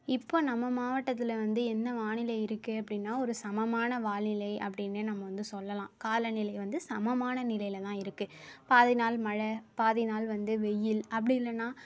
இப்போ நம்ம மாவட்டத்தில் வந்து என்ன வானிலை இருக்குது அப்படினா ஒரு சமமான வானிலை அப்படின்னே நம்ம வந்து சொல்லலாம் கால நிலை வந்து சமமான நிலையில் தான் இருக்குது பாதி நாள் மழை பாதி நாள் வந்து வெயில் அப்படி இல்லைனா